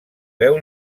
veu